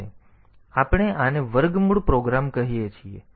હવે આપણે આને વર્ગમૂળ પ્રોગ્રામ કહીએ છીએ